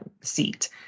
seat